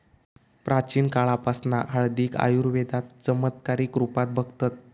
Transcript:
प्राचीन काळापासना हळदीक आयुर्वेदात चमत्कारीक रुपात बघतत